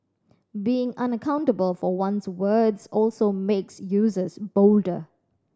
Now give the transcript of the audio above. being unaccountable for one's words also makes users bolder